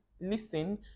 listen